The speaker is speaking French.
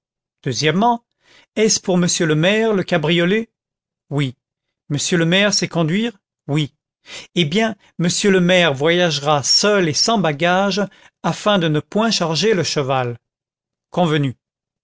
deuxièmement est-ce pour monsieur le maire le cabriolet oui monsieur le maire sait conduire oui eh bien monsieur le maire voyagera seul et sans bagage afin de ne point charger le cheval convenu